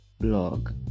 blog